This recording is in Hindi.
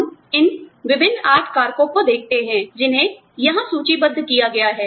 हम इन विभिन्न 8 कारको को देखते हैं जिन्हें यहां सूचीबद्ध किया गया है